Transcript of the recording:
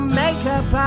makeup